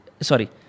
sorry